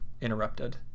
interrupted